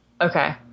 Okay